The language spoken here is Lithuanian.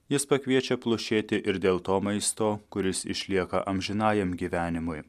jis pakviečia plušėti ir dėl to maisto kuris išlieka amžinajam gyvenimui